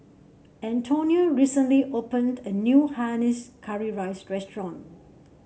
Antonia recently opened a new Hainanese Curry Rice restaurant